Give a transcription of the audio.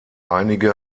einige